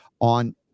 on